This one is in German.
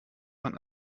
man